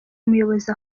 umuyobozi